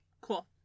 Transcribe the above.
Cool